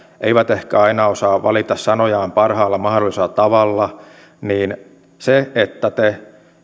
eivät ehkä aina osaa valita sanojaan parhaalla mahdollisella tavalla se että te